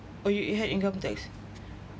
oh you you had income tax